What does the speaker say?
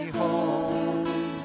home